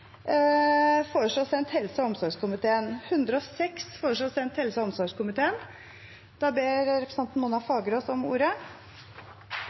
foreslås sendt helse- og omsorgskomiteen. Representanten Mona Fagerås har bedt om ordet.